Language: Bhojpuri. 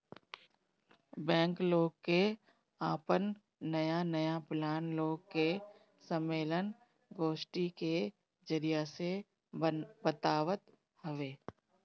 बैंक लोग के आपन नया नया प्लान लोग के सम्मलेन, गोष्ठी के जरिया से बतावत हवे